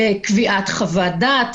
לקביעת חוות-דעת.